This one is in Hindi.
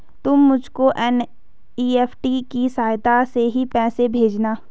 तुम मुझको एन.ई.एफ.टी की सहायता से ही पैसे भेजना